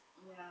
ya